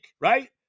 right